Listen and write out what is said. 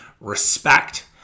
respect